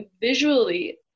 visually